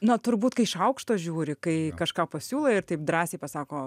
na turbūt kai iš aukšto žiūri kai kažką pasiūlai ir taip drąsiai pasako